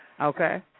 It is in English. Okay